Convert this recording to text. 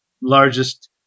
largest